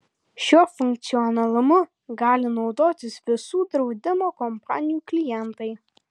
šiuo funkcionalumu gali naudotis visų draudimo kompanijų klientai